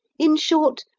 in short,